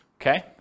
okay